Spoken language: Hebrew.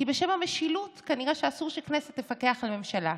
כי בשם המשילות כנראה שאסור שהכנסת תפקח על הממשלה.